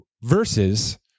versus